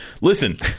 Listen